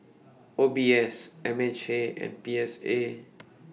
O B S M H A and P S A